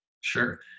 Sure